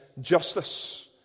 justice